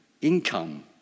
income